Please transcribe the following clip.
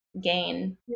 gain